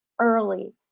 early